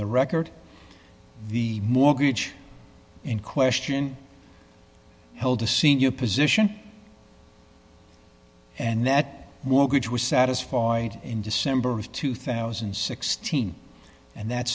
the record the mortgage in question held a senior position and nat mortgage were satisfied in december of two thousand and sixteen and that